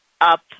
up